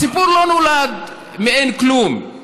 הסיפור לא נולד מלא כלום.